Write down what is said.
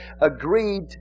agreed